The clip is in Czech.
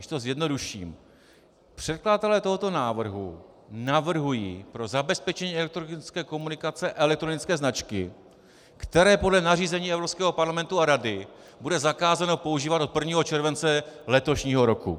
Když to zjednoduším, předkladatelé tohoto návrhu navrhují pro zabezpečení elektronické komunikace elektronické značky, které podle nařízení Evropského parlamentu a Rady bude zakázáno používat od 1. července letošního roku.